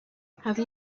have